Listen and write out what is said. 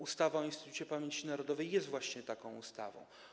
Ustawa o Instytucie Pamięci Narodowej jest właśnie taką ustawą.